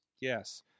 Yes